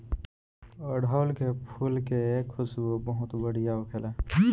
अढ़ऊल के फुल के खुशबू बहुत बढ़िया होखेला